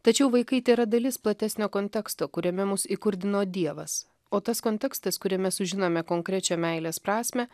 tačiau vaikai tėra dalis platesnio konteksto kuriame mus įkurdino dievas o tas kontekstas kuriame sužinome konkrečią meilės prasmę